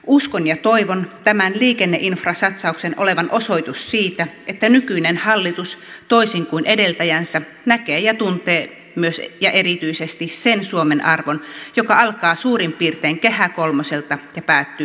uskon ja toivon tämän liikenneinfrasatsauksen olevan osoitus siitä että nykyinen hallitus toisin kuin edeltäjänsä näkee ja tuntee myös erityisesti sen suomen arvon joka alkaa suurin piirtein kehä kolmoselta ja päättyy nuorgamiin